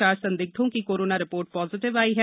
चार संदिग्धों कि कोरोना रिपोर्ट पॉजिटिव आई है